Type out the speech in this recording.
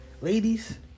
Ladies